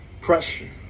Pressure